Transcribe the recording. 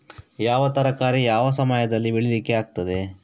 ಯಾವ ತರಕಾರಿ ಯಾವ ಸಮಯದಲ್ಲಿ ಬೆಳಿಲಿಕ್ಕೆ ಆಗ್ತದೆ?